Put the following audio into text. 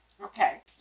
Okay